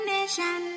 Nation